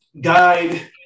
guide